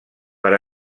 per